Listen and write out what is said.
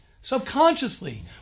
Subconsciously